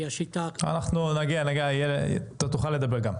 אתה תוכל לדבר גם.